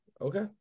okay